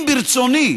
אם ברצוני